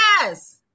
Yes